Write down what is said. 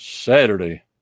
Saturday